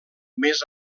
més